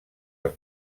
els